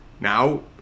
Now